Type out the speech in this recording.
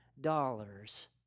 dollars